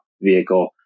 vehicle